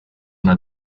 una